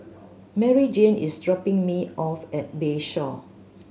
Maryjane is dropping me off at Bayshore